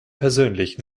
persönlich